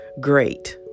great